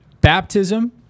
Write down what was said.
baptism